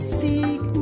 seek